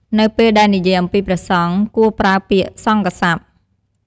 នៅពេលដែលនិយាយអំពីព្រះសង្ឃ គួរប្រើពាក្យសង្ឃស័ព្ទ។